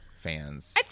fans